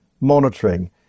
monitoring